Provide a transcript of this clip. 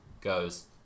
goes